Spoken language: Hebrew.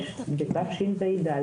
יש בתשפ"ד